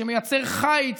שמייצר חיץ,